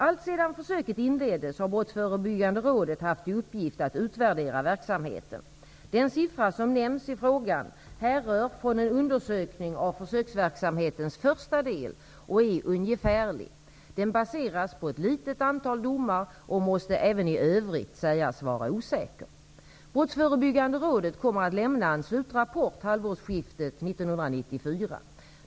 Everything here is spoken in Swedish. Alltsedan försöket inleddes har Brottsförebyggande rådet haft till upggift att utvärdera verksamheten. Den siffra som nämns i frågan härrör från en undersökning av försöksverksamhetens första del och är ungefärlig. Den baseras på ett litet antal domar och måste även i övrigt sägas vara osäker. Brottsförebyggande rådet kommer att lämna en slutrapport halvårsskiftet 1994.